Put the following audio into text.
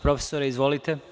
Profesore, izvolite.